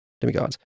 demigods